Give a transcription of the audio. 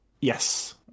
Yes